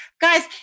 Guys